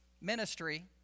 ministry